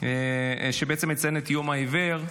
שמציין את יום העיוור.